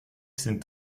sind